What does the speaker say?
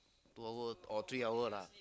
two hour or three hour lah